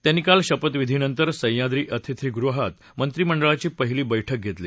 त्यांनी काल शपथविधीनंतर सह्याद्री अतिथीगृहात मंत्रीमंडळाची पहिली बैठक घेतली